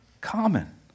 common